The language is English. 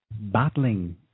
battling